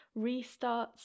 restarts